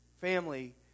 Family